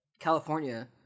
California